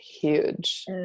huge